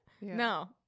No